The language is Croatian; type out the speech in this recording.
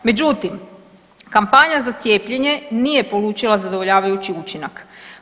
Međutim, kampanja za cijepljenje nije polučila zadovoljavajući učinak.